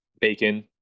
Bacon